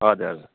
हजुर हजुर